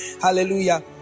hallelujah